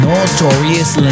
Notorious